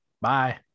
Bye